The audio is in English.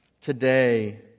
today